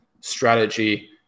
strategy